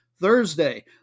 Thursday